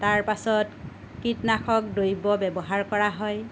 তাৰ পাছত কীটনাশক দ্ৰব্য ব্যৱহাৰ কৰা হয়